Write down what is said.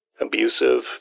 abusive